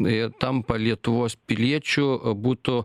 į tampa lietuvos piliečiu a būtų